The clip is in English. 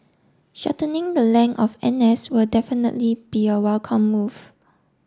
shortening the length of N S will definitely be a welcome move